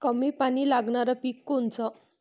कमी पानी लागनारं पिक कोनचं?